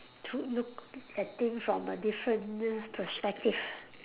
to look at thing from a different perspective